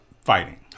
fighting